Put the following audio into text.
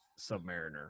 Submariner